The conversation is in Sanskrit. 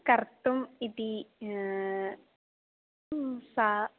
कर्तुम् इति सा